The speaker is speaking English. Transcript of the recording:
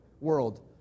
world